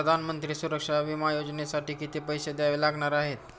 प्रधानमंत्री सुरक्षा विमा योजनेसाठी किती पैसे द्यावे लागणार आहेत?